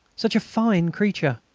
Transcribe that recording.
such a fine creature!